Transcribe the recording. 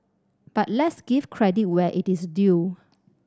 but let's give credit where it is due